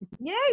Yay